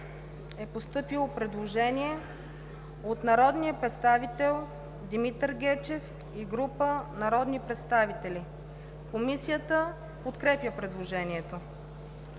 ДИМОВА: Предложение от народния представител Димитър Гечев и група народни представители. Комисията подкрепя предложението.